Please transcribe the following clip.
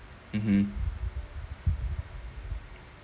mmhmm